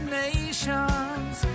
nations